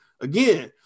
again